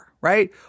right